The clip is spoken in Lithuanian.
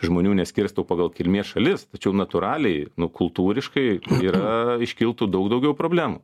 žmonių neskirstau pagal kilmės šalis tačiau natūraliai nu kultūriškai yra iškiltų daug daugiau problemų